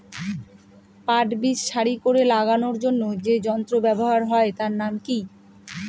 পাট বীজ সারি করে লাগানোর জন্য যে যন্ত্র ব্যবহার হয় তার নাম কি?